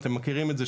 אתם מכירים את זה,